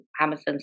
Amazon